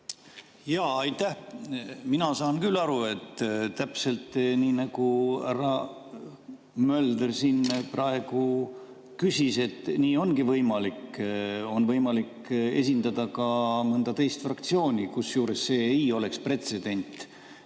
Jaa, aitäh! Mina saan küll aru, et täpselt nii, nagu härra Mölder praegu küsis, ongi võimalik esindada ka mõnda teist fraktsiooni, kusjuures see ei oleks pretsedent.